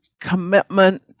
commitment